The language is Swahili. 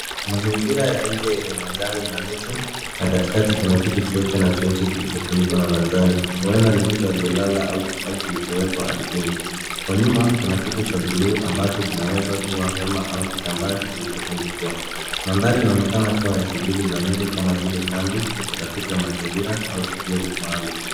Mazingira ya nje yenye manjani na miti, na katikati kuna kitu cheupe na cheusi kilichofunikwa na manjani. Huenda ni mtu aliyelala au kifaa kilichowekwa ardhini. Kwa nyuma, kuna kitu cha buluu amabacho kinaweza kuwa hema au kitambaa kilichotundikwa. Mandhari inaonekana kuwa ya shughuli za nje kama vile kambi, utafiti wa mazingira au tukio maalum.